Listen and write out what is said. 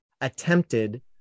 attempted